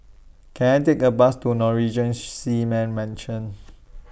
Can I Take A Bus to Norwegian Seamen's Mission